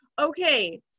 Okay